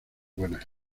buenas